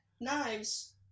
knives